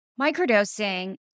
Microdosing